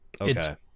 Okay